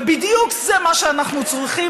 ובדיוק זה מה שאנחנו צריכים,